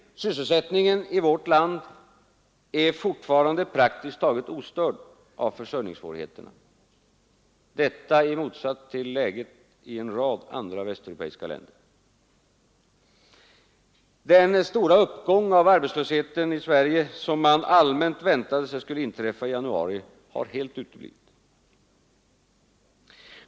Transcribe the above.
Sysselsättningen i vårt land är fortfarande praktiskt taget ostörd av försörjningssvårigheterna, detta i motsats till läget i en rad andra västeuropeiska länder. Den stora uppgång av arbetslösheten i Sverige som man allmänt väntade sig skulle inträffa i januari har helt uteblivit.